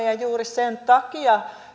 ja ymmärtääkseni juuri sen takia